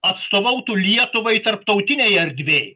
atstovautų lietuvai tarptautinėj erdvėj